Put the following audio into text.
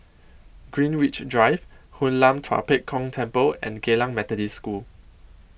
Greenwich Drive Hoon Lam Tua Pek Kong Temple and Geylang Methodist School